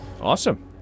Awesome